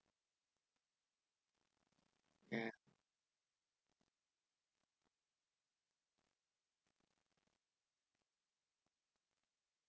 ya